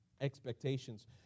expectations